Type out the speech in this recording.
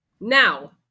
Now